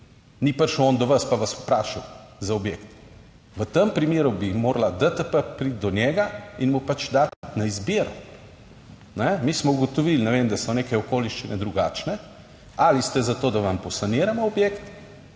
ni prišel on do vas pa vas vprašal za objekt. V tem primeru bi morala DTP priti do njega in mu pač dati na izbiro: mi smo ugotovili, ne vem, da so neke okoliščine drugačne, ali ste za to, da vam posaniramo objekt